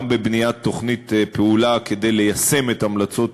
גם בבניית תוכנית פעולה כדי ליישם את המלצות